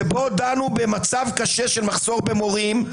שבה דנו במצב קשה של מחסור במורים.